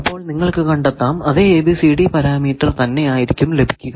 അപ്പോൾ നിങ്ങൾക്കു കണ്ടെത്താം അതെ ABCD പാരാമീറ്റർ തന്നെ ആയിരിക്കും ലഭിക്കുക